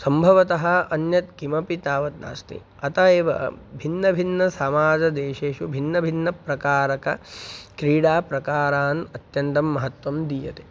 सम्भवतः अन्यत् किमपि तावत् नास्ति अतः एव भिन्नभिन्नसामाजिकदेशेषु भिन्नभिन्नप्रकारकक्रीडाप्रकारेभ्यः अत्यन्तं महत्त्वं दीयते